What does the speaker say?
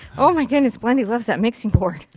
oh my goodness, blendy loves that mixing board.